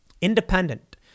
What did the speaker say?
Independent